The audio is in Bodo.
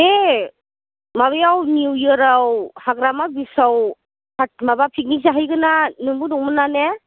ए माबायाव निउ इयाराव हाग्रामा ब्रिसाव पार्टि माबा पिकनिक जाहैगोना नोंबो दंमोनना ने